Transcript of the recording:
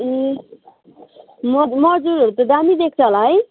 ए मज् मजुरहरू त दामी देख्छ होला है